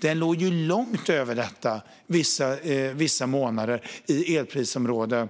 Priset låg ju långt över detta vissa månader i elprisområde